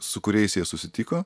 su kuriais jie susitiko